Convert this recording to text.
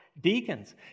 Deacons